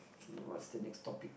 what's the next topic